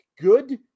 good